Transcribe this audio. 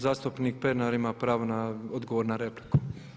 Zastupnik Pernar ima pravo na, odgovor na repliku.